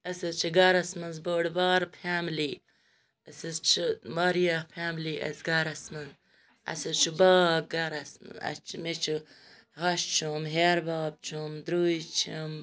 اَسہِ حظ چھِ گَرَس مَنٛز بٔڑۍ بارٕ فیملی أسۍ حظ چھِ واریاہ فیملی اَسہِ گَرَس مَنٛز اَسہِ حظ چھُ باغ گَرَس اَسہِ چھُ مےٚ چھِ ہَش چھُم ہیٚہَر بب چھُم درٕٛے چھِم